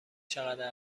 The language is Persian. چقدر